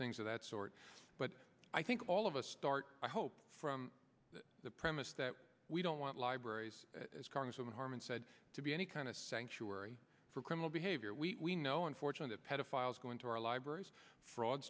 things of that sort but i think all of us start i hope from the premise that we don't want libraries as congresswoman harman said to be any kind of sanctuary for criminal behavior we know unfortunately pedophiles go into our libraries